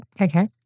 Okay